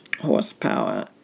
horsepower